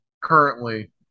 currently